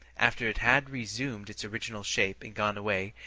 after it had resumed its original shape and gone away,